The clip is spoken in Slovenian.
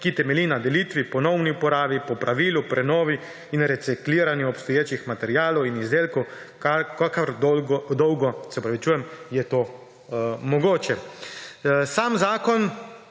ki temelji na delitvi, ponovni uporabi, popravilu, prenovi in recikliranju obstoječih materialov in izdelkov, kakor dolgo je to mogoče. Veseli